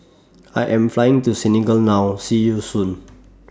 I Am Flying to Senegal now See YOU Soon